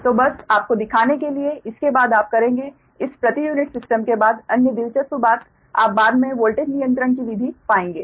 तो बस आपको दिखाने के लिए इसके बाद आप करेंगे इस प्रति यूनिट सिस्टम के बाद अन्य दिलचस्प बात आप बाद में वोल्टेज नियंत्रण की विधि पाएंगे